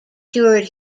cured